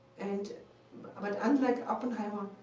and but unlike oppenheimer,